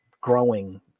growing